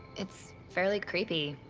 it's fairly creepy,